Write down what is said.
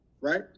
right